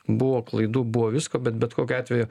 buvo klaidų buvo visko bet bet kokiu atveju